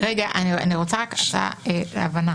אני לא מצליחה להבין,